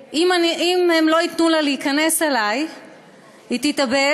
ואם הם לא ייתנו לה להיכנס אלי היא תתאבד,